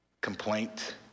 complaint